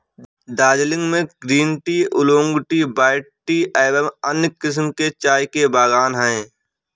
दार्जिलिंग में green tea, oolong tea, white tea एवं अन्य किस्म के चाय के बागान हैं